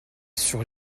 sur